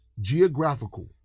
geographical